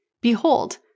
Behold